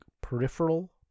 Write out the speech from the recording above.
peripheral